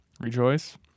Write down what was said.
rejoice